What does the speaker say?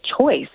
choice